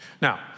now